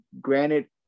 granted